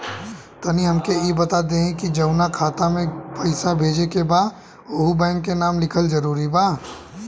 तनि हमके ई बता देही की जऊना खाता मे पैसा भेजे के बा ओहुँ बैंक के नाम लिखल जरूरी बा?